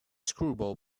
screwball